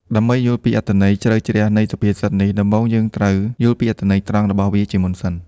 ដើម្បីយល់ពីអត្ថន័យជ្រៅជ្រះនៃសុភាសិតនេះ ដំបូងយើងត្រូវយល់ពីអត្ថន័យត្រង់របស់វាជាមុនសិន។